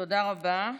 תודה רבה.